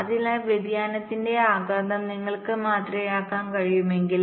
അതിനാൽ വ്യതിയാനത്തിന്റെ ആഘാതം നിങ്ങൾക്ക് മാതൃകയാക്കാൻ കഴിയുമെങ്കിൽ